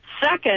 Second